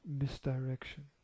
misdirection